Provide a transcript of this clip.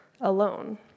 alone